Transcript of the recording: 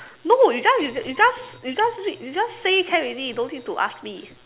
no you just you just you just you just say can already don't need to ask me